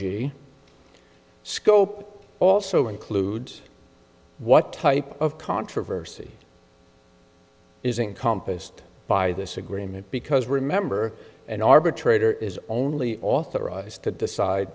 argy scope also includes what type of controversy is encompassed by this agreement because remember an arbitrator is only authorized to decide